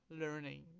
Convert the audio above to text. learning